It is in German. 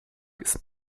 ist